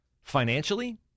financially